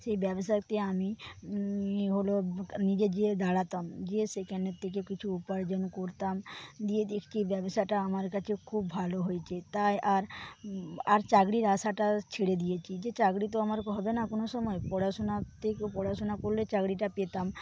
সেই ব্যবসাতে আমি হল নিজে গিয়ে দাঁড়াতাম গিয়ে সেখানের থেকে কিছু উপার্জন করতাম দিয়ে দেখি ব্যবসাটা আমার কাছে খুব ভালো হয়েছে তাই আর আর চাকরির আশাটা ছেড়ে দিয়েছি যে চাকরি তো আমার হবে না কোনো সময় পড়াশুনা করলে চাকরিটা পেতাম